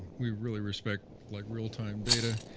we really respect like real-time data.